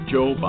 Joe